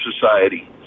society